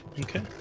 Okay